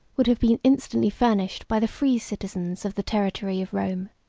would have been instantly furnished by the free citizens of the territory of rome.